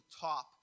top